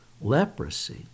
leprosy